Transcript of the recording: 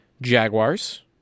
Jaguars